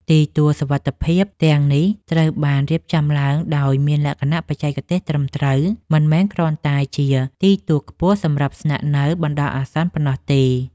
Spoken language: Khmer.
ទីទួលសុវត្ថិភាពទាំងនេះត្រូវបានរៀបចំឡើងដោយមានលក្ខណៈបច្ចេកទេសត្រឹមត្រូវ មិនមែនគ្រាន់តែជាទីទួលខ្ពស់សម្រាប់ស្នាក់នៅបណ្ដោះអាសន្នប៉ុណ្ណោះទេ។